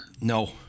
No